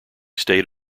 stayed